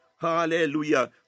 Hallelujah